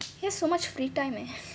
he has so much free time eh